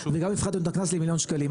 וגם הפחתתם את הקנס למיליון שקלים,